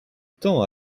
temps